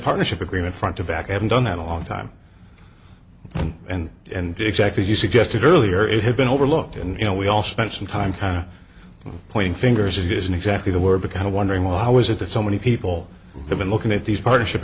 partnership agreement front to back i haven't done that a long time and and exactly as you suggested earlier it had been overlooked and you know we all spent some time kind of pointing fingers it isn't exactly the word because i'm wondering well how is it that so many people have been looking at these partnership